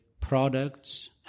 products